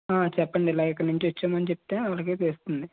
ఆ చెప్పండి ఇలా ఇక్కడ నుంచి వచ్చామని చెప్తే వాళ్ళకే తెలుస్తుంది